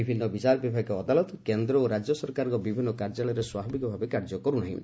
ବିଭିନ୍ନ ବିଚାରବିଭାଗୀୟ ଅଦାଲତ କେନ୍ଦ୍ର ଓ ରାକ୍ୟ ସରକାରଙ୍କ ବିଭିନ୍ନ କାର୍ଯ୍ୟାଳୟ ସ୍ୱାଭାବିକ ଭାବେ କାର୍ଯ୍ୟ କରୁନାହିଁ